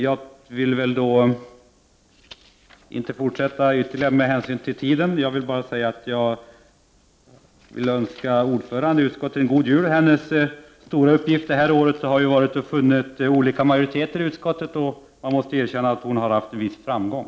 Med hänsyn till tiden skall jag inte fortsätta ytterligare. Jag vill bara önska ordföranden i utskottet en god jul. Hennes stora uppgift detta år har varit att finna olika majoriteter i utskottet. Man måste erkänna att hon har haft en viss framgång.